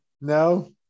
No